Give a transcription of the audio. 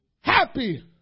happy